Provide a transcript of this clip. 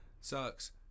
sucks